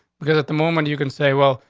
because at the moment you can say, well,